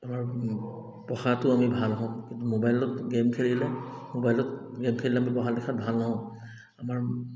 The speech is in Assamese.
আমাৰ পঢ়াটো আমি ভাল হওঁ কিন্তু মোবাইলত গে'ম খেলিলে মোবাইলত গে'ম খেলিলে আমি পঢ়া লিখাত ভাল নহওঁ আমাৰ